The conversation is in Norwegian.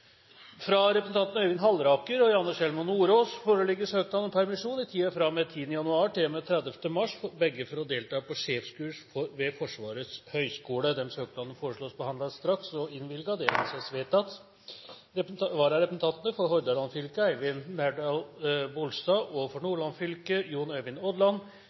Fra representantene Øyvind Halleraker og Janne Sjelmo Nordås foreligger søknad om permisjon i tiden fra og med 10. januar til og med 30. mars – begge for å delta på sjefskurs ved Forsvarets høgskole. Etter forslag fra presidenten ble enstemmig besluttet: Søknadene behandles straks og innvilges. Følgende vararepresentanter innkalles for å møte i permisjonstiden: For Hordaland fylke: Eivind Nævdal-Bolstad For Nordland fylke: Jon Øyvind